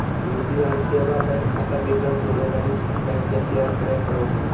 UPI सेवा bank खाता विवरण जोड़े लगी बैंक के चयन करे पड़ो हइ